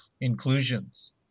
inclusions